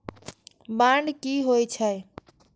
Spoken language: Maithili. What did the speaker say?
बांड की होई छै?